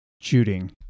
shooting